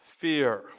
fear